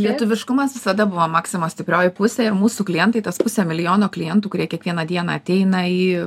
lietuviškumas visada buvo maksimos stiprioji pusė ir mūsų klientai tas pusė milijono klientų kurie kiekvieną dieną ateina į